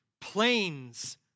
Planes